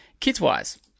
KidsWise